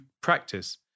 practice